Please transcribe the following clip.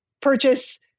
purchase